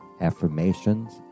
affirmations